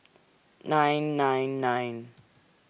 nine nine nine